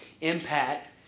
impact